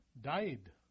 died